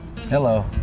Hello